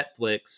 Netflix